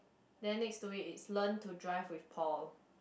then next to it is learn to drive with Paul